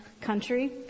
country